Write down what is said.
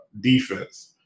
defense